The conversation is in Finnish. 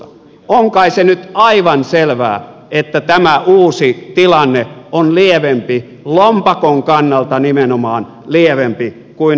on kai se nyt aivan selvää että tämä uusi tilanne on lievempi lompakon kannalta nimenomaan lievempi kuin vanha käytäntö